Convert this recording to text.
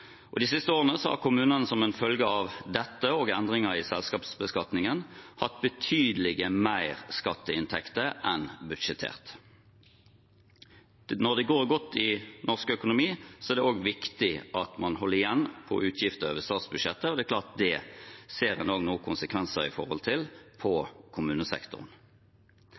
og by. De siste årene har kommunene som en følge av dette – og endringer i selskapsbeskatningen – hatt betydelig mer i skatteinntekter enn budsjettert. Når det går godt i norsk økonomi, er det viktig at man holder igjen på utgifter over statsbudsjettet, og det er klart at det ser man også noen konsekvenser av i